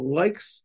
likes